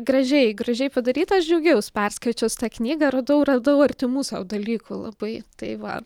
gražiai gražiai padaryta aš džiaugiaus perskaičius tą knygą radau radau artimų sau dalykų labai tai va